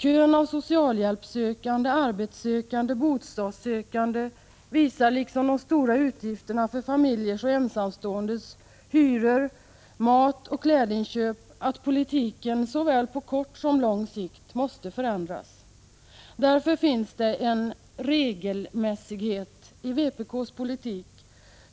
Kön av socialhjälpssökande, arbetssökande och bostadssökande visar liksom familjers och ensamståendes stora utgifter för hyror och matoch klädinköp att politiken såväl på kort som på lång sikt måste förändras. Därför finns det en ”regelmässighet” i vpk:s politik,